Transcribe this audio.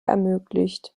ermöglicht